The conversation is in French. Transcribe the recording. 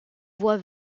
voie